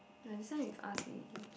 ya this one you've asked already